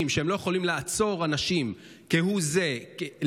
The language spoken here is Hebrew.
שהם לא יכולים כהוא זה לעצור אנשים,